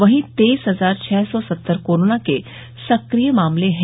वहीं तेइस हजार छः सौ सत्तर कोरोना के सक्रिय मामले हैं